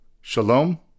Shalom